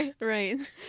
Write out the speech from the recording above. Right